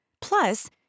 Plus